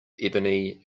ebony